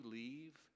leave